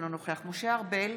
אינו נוכח משה ארבל,